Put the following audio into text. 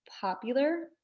popular